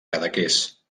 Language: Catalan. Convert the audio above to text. cadaqués